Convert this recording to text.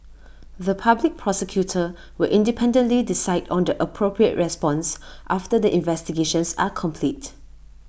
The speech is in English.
the Public Prosecutor will independently decide on the appropriate response after the investigations are complete